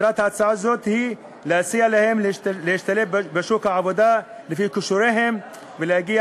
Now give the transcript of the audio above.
מטרת הצעה זו היא לסייע להם להשתלב בשוק העבודה לפי כישוריהם ולהגיע